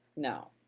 no.